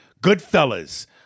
Goodfellas